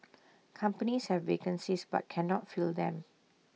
companies have vacancies but cannot fill them